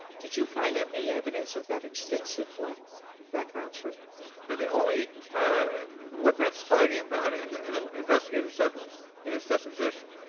did you find any evidence of that extensive black black so you know the only what that's talking about and and the investigator said this in his deposition,